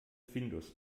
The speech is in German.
findus